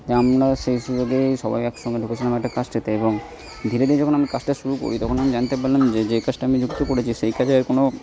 তা আমরা সেই সুযোগেই সবাই একসঙ্গে ঢুকেছিলাম একটা কাজটাতে এবং ধীরে ধীরে যখন আমি কাজটা শুরু করি তখন আমি জানতে পারলাম যে যেই কাজটা আমি যুক্ত করেছি সেই কাজে আর কোনো